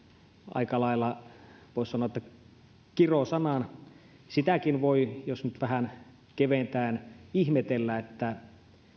aika lailla voisi sanoa kirosanan sitäkin voi jos nyt vähän keventäen ihmetellä että